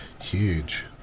Huge